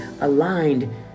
aligned